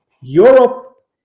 Europe